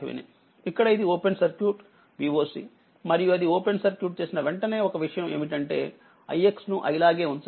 ఇక్కడ ఇది open circuit Voc మరియు అది ఓపెన్ సర్క్యూట్ చేసిన వెంటనే ఒక విషయం ఏమిటంటే ix ను i లాగే ఉంచండి